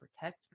protect